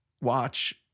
watch